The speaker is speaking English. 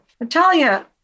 Natalia